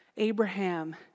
Abraham